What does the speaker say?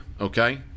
okay